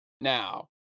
now